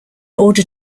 order